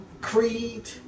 creed